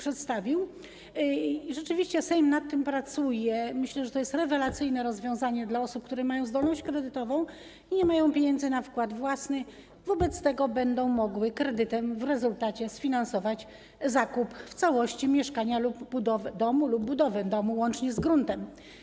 Rzeczywiście Sejm nad tym pracuje, myślę, że to jest rewelacyjne rozwiązanie dla osób, które mają zdolność kredytową i nie mają pieniędzy na wkład własny, wobec tego będą mogły w rezultacie kredytem sfinansować zakup w całości mieszkania, domu lub budowę domu, łącznie z gruntem.